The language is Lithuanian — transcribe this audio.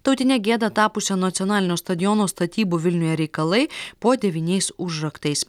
tautine gėda tapusio nacionalinio stadiono statybų vilniuje reikalai po devyniais užraktais